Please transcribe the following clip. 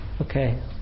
Okay